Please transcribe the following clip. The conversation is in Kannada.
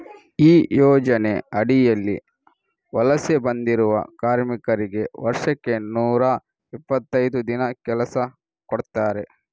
ಈ ಯೋಜನೆ ಅಡಿಯಲ್ಲಿ ವಲಸೆ ಬಂದಿರುವ ಕಾರ್ಮಿಕರಿಗೆ ವರ್ಷಕ್ಕೆ ನೂರಾ ಇಪ್ಪತ್ತೈದು ದಿನ ಕೆಲಸ ಕೊಡ್ತಾರೆ